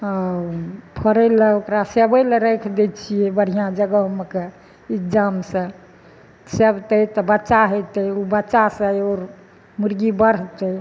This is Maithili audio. हँ फोड़ै लऽ ओकरा सेबै लऽ राखि दै छियै बढ़िआँ जगहमे कऽ इज्जामसँ सेबतै तऽ बच्चा होयतै ओ बच्चासँ आओर मुर्गी बढ़तै